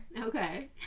okay